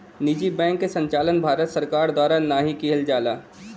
निजी बैंक क संचालन भारत सरकार द्वारा नाहीं किहल जाला